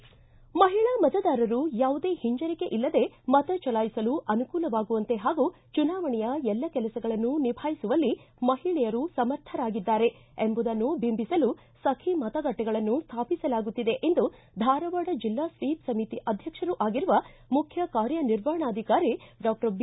ಮಹಿಳಾ ಮತದಾರರು ಯಾವುದೇ ಹಿಂಜರಿಕೆ ಇಲ್ಲದೇ ಮತ ಚಲಾಯಿಸಲು ಅನುಕೂಲವಾಗುವಂತೆ ಹಾಗೂ ಚುನಾವಣೆಯ ಎಲ್ಲ ಕೆಲಸಗಳನ್ನು ನಿಭಾಯಿಸುವಲ್ಲಿ ಮಹಿಳೆಯರು ಸಮರ್ಥರಾಗಿದ್ದಾರೆ ಎಂಬುದನ್ನು ಬಿಂಬಿಸಲು ಸಖಿ ಮತಗಟ್ಟೆಗಳನ್ನು ಸ್ಥಾಪಿಸಲಾಗುತ್ತಿದೆ ಎಂದು ಧಾರವಾಡ ಜಿಲ್ಲಾ ಸ್ವೀಪ್ ಸಮಿತಿ ಅಧ್ಯಕ್ಷರೂ ಆಗಿರುವ ಮುಖ್ಯ ಕಾರ್ಯ ನಿರ್ವಾಹಣಾಧಿಕಾರಿ ಡಾಕ್ಟರ್ ಬಿ